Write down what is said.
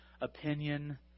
opinion